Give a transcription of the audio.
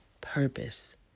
purpose